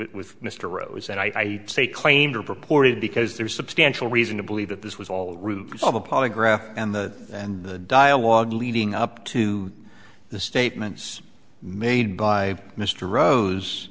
with mr rose and i say claimed reported because there is substantial reason to believe that this was all root of a polygraph and the and the dialogue leading up to the statements made by mr rose